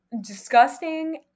disgusting